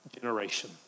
generation